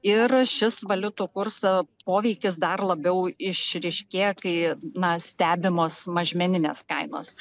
ir šis valiutų kurso poveikis dar labiau išryškėja kai na stebimos mažmeninės kainos